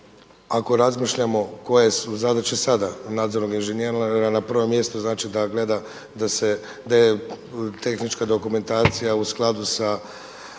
ako razmišljamo koje su zadaće sada nadzornog inženjera na prvom mjestu da gleda da je tehnička dokumentacija u skladu sa